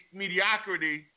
mediocrity